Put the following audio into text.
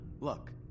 Look